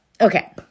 okay